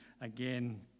again